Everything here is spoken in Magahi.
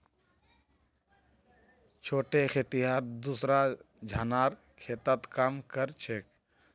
छोटे खेतिहर दूसरा झनार खेतत काम कर छेक